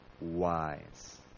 wise